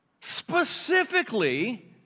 specifically